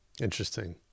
Interesting